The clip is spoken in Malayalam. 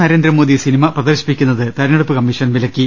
നരേന്ദ്ര മോദി സിനിമ പ്രദർശിപ്പിക്കു ന്നത് തിരഞ്ഞെടുപ്പ് കമ്മിഷൻ വിലക്കി